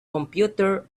computer